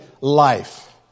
life